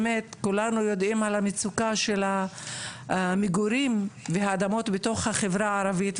באמת כולנו יודעים על המצוקה של המגורים והאדמות בתוך החברה הערבית,